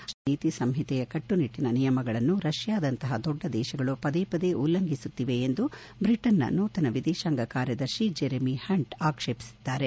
ಅಂತಾರಾಷ್ಟೀಯ ನೀತಿ ಸಂಹಿತೆಯ ಕಟ್ಟನಿಟ್ಟನ ನಿಯಮಗಳನ್ನು ರಷ್ಣಾದಂತಹ ದೊಡ್ಡ ದೇಶಗಳು ಪದೇ ಪದೇ ಉಲ್ಲಂಘಿಸುತ್ತಿವೆ ಎಂದು ಬ್ರಿಟನ್ನ ನೂತನ ವಿದೇಶಾಂಗ ಕಾರ್ಯದರ್ಶಿ ಜೆರೆವಿ ಹಂಟ್ ಆಕ್ಷೇಪಿಸಿದ್ದಾರೆ